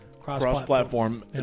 cross-platform